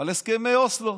על הסכמי אוסלו.